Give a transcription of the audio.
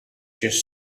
just